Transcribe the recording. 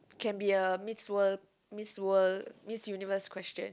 can be a miss world miss world miss universe question